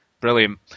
Brilliant